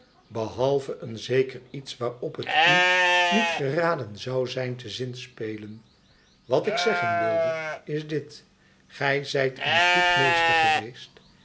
behalve een zeker iets waarop het u niet geraden zou zijn te zinspelen wat ik zeggen wilde is dit gij zijt een goed meester geweest